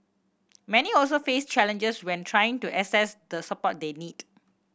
many also face challenges when trying to access the support they need